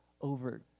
over